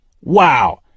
Wow